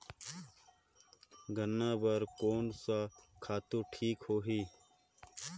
गन्ना बार कोन सा खातु ठीक होही?